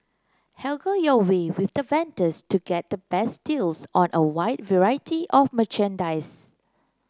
haggle your way with the vendors to get the best deals on a wide variety of merchandise